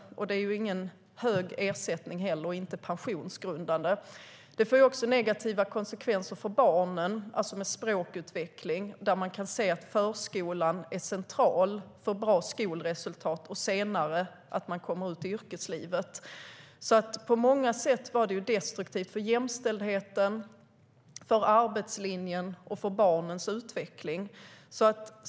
Det är ingen hög ersättning heller, och den är inte pensionsgrundande. Vårdnadsbidraget får negativa konsekvenser också för barnens språkutveckling. Förskolan är central för bra skolresultat och för att man senare kommer ut i yrkeslivet. På många sätt var det alltså destruktivt för jämställdheten, för arbetslinjen och för barnens utveckling.